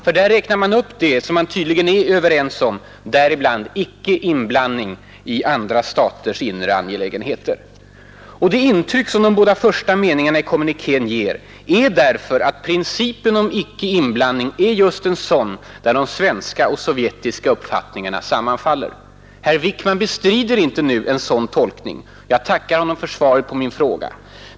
För där räknar man upp det man tydligen är överens om, däribland ”icke-inblandning i andra staters inre angelägenheter”. 5 Det intryck som de båda första meningarna i kommunikén ger är därför att principen om icke-inblandning är en sådan där de svenska och sovjetiska uppfattningarna sammanfaller. Herr Wickman bestrider inte nu en sådan tolkning. Jag tackar honom för svaret.